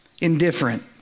indifferent